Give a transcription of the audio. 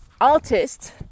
artists